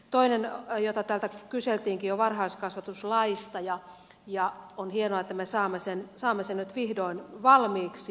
toinen jota täältä kyseltiinkin on varhaiskasvatuslaki ja on hienoa että me saamme sen nyt vihdoin valmiiksi